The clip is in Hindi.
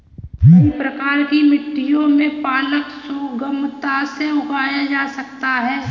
कई प्रकार की मिट्टियों में पालक सुगमता से उगाया जा सकता है